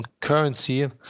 currency